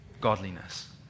godliness